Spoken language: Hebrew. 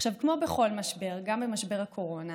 עכשיו, כמו בכל משבר, גם במשבר הקורונה